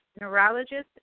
neurologist